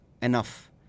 enough